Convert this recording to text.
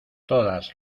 todas